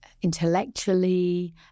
Intellectually